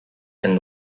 and